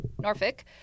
Norfolk